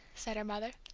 said her mother.